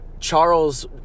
Charles